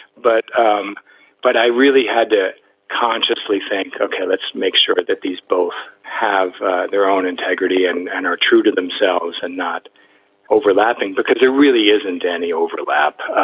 but um but i really had to consciously think, ok, let's make sure that these both have their own integrity and and are true to themselves and not overlapping because there really isn't any overlap.